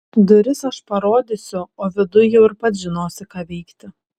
duris aš parodysiu o viduj jau ir pats žinosi ką veikti